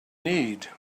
need